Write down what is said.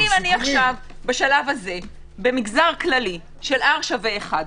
אם בשלב הזה במגזר ככלי של R שווה 1,